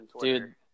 dude